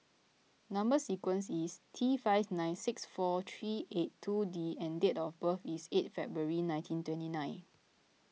Number Sequence is T five nine six four three eight two D and date of birth is eight February nineteen twenty nine